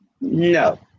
No